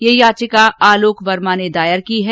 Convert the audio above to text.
यह याचिका आलोक वर्मा ने दायर की है